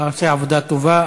אתה עושה עבודה טובה.